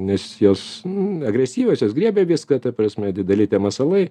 nes jos agresyviosios jos griebia viską ta prasme dideli tie masalai